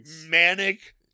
manic